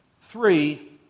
Three